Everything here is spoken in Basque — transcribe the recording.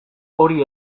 hori